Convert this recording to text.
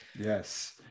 yes